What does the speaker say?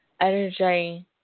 energy